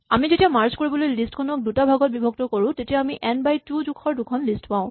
আমি যেতিয়া মাৰ্জ কৰিবলৈ লিষ্ট খনক দুটা ভাগত বিভক্ত কৰো তেতিয়া আমি এন বাই টু জোখৰ দুখন লিষ্ট পাওঁ